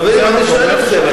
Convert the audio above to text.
אני שואל אתכם.